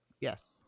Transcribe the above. Yes